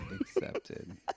accepted